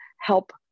help